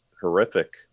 horrific